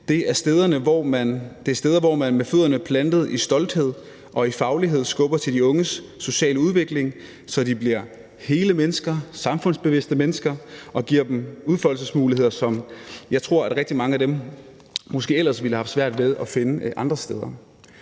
det er steder, hvor man med fødderne plantet i stolthed og i faglighed skubber til de unges sociale udvikling, så de bliver hele mennesker, samfundsbevidste mennesker, og giver dem udfoldelsesmuligheder, som jeg tror rigtig mange af dem måske ellers ville have svært ved at finde andre steder.